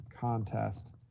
contest